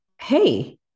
Hey